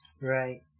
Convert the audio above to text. right